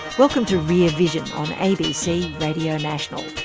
welcome to rear vision on abc radio national.